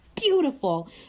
Beautiful